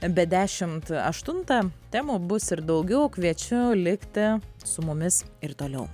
be dešimt aštuntą temų bus ir daugiau kviečiu likti su mumis ir toliau